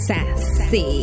Sassy